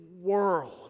world